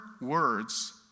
words